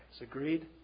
Agreed